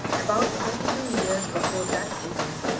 about thirty-two years before that event,